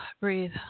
Breathe